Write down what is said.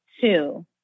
two